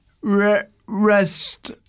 rest